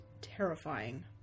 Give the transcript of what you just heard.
terrifying